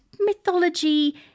mythology